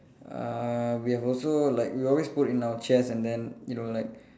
uh we have also like we always put in our chest and then it will like